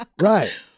Right